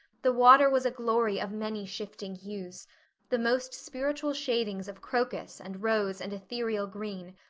the water was a glory of many shifting hues the most spiritual shadings of crocus and rose and ethereal green,